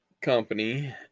Company